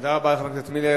תודה רבה לחבר הכנסת מילר.